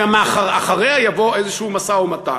שאחריה יבוא איזשהו משא-ומתן,